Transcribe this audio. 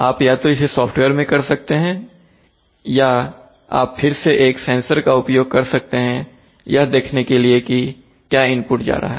आप या तो इसे सॉफ्टवेयर में कर सकते हैं या आप फिर से एक सेंसर का उपयोग कर सकते हैं यह देखने के लिए कि क्या इनपुट जा रहा है